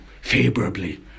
favorably